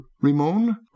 Ramon